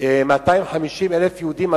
שבגלל שמו איזושהי פצצה הגיעו 250,000 יהודים,